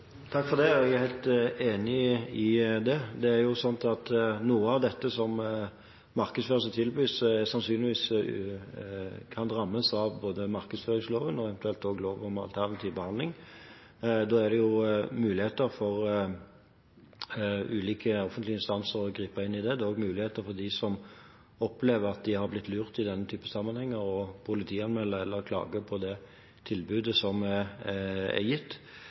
Jeg er helt enig i det. Noe av det som markedsføres og tilbys, kan sannsynligvis rammes av både markedsføringsloven og eventuelt lov om alternativ behandling. Da er det mulig for ulike offentlige instanser å gripe inn. Det er også mulig for dem som opplever at de har blitt lurt i denne typen sammenheng, å politianmelde eller klage på det tilbudet som er gitt.